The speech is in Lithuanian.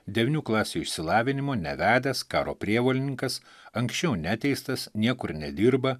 devynių klasių išsilavinimo nevedęs karo prievolininkas anksčiau neteistas niekur nedirba